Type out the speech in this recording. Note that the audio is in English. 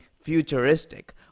futuristic